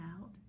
out